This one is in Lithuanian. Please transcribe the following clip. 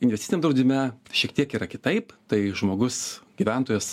investiciniam draudime šiek tiek yra kitaip tai žmogus gyventojas